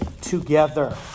together